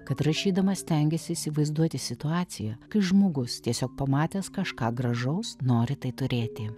kad rašydama stengiasi įsivaizduoti situaciją kai žmogus tiesiog pamatęs kažką gražaus nori tai turėti